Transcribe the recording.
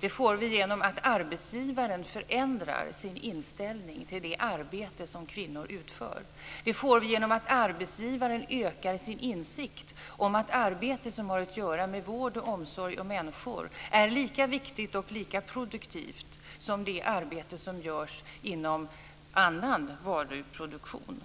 Det får vi genom att arbetsgivaren förändrar sin inställning till det arbete som kvinnor utför. Det får vi genom att arbetsgivaren ökar sin insikt om att arbete som har att göra med vård och omsorg om människor är lika viktigt och lika produktivt som det arbete som utförs inom varuproduktion.